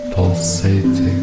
Pulsating